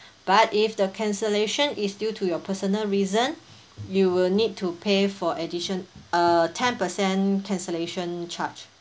but if the cancellation is due to your personal reason you will need to pay for addition uh ten percent cancellation charge